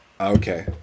Okay